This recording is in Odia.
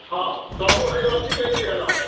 ହଁ ସବୁ ହେଇ ଅଶୀ କେ ଜି ହେଲା